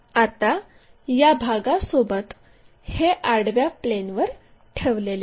आता या भागासोबत हे आडव्या प्लेनवर ठेवलेले आहे